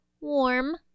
warm